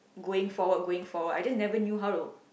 going forward going forward I just never knew how to